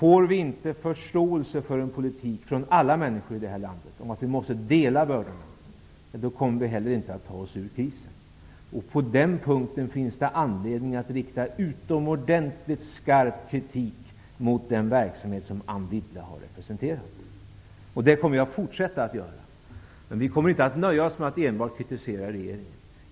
Om vi inte får förståelse från alla människor i det är landet för en politik där vi måste dela bördorna, kommer vi inte heller att ta oss ur krisen. På den punkten finns det anledning att rikta utomordentligt skarp kritik mot den verksamhet som Anne Wibble har representerat. Det kommer vi att fortsätta att göra. Men vi kommer inte att nöja oss med att enbart kritisera regeringen.